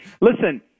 Listen